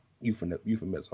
euphemism